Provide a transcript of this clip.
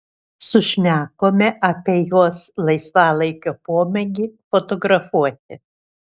sušnekome apie jos laisvalaikio pomėgį fotografuoti